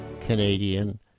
Canadian